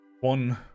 one